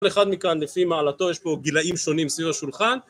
כל אחד מכאן לפי מעלתו, יש פה גילאים שונים סביב השולחן